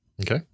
Okay